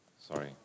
Sorry